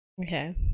Okay